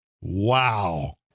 Wow